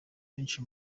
benshi